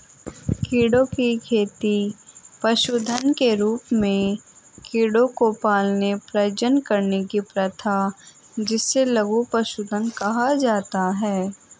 कीड़ों की खेती पशुधन के रूप में कीड़ों को पालने, प्रजनन करने की प्रथा जिसे लघु पशुधन कहा जाता है